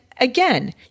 again